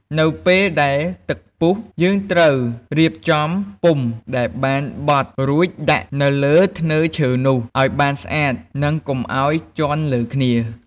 នៅពេលដែលទឹកពុះ យើងត្រូវរៀបចំពុម្ពដែលបានបត់រួចដាក់នៅលើធ្នើរឈើនោះ ឱ្យបានស្អាត និងកុំឱ្យជាន់លើគ្នា។